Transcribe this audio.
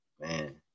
man